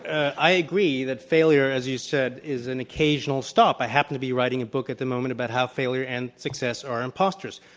i agree that failure as you said is an occasional stop. i happen to be writing a book at the moment about how failure and success are imposters.